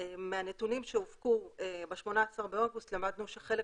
מהנתונים שהופקו ב-18 באוגוסט למדנו שחלק